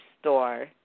store